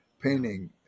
painting